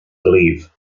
believe